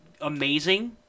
amazing